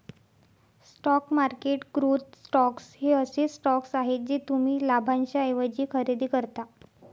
stock market growth stocks हे असे stocks आहेत जे तुम्ही लाभांशाऐवजी खरेदी करता